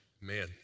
Man